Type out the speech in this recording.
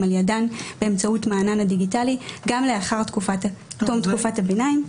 על ידן באמצעות מענן הדיגיטלי גם לאחר תום תקופת הביניים.".